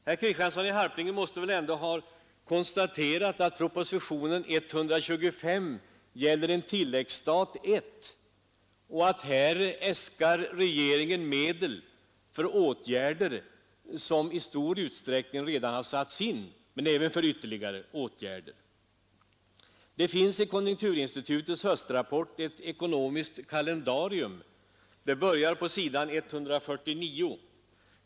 Herr Kristiansson i Harplinge måste väl ändå ha konstaterat att propositionen 125 gäller utgifter på tilläggsstat 1 och att regeringen här äskar medel för åtgärder som i stor utsträckning redan har satts in men även för ytterligare åtgärder. I konjunkturinstitutets höstrapport finns ett ekonomiskt kalendarium — det börjar på s. 149.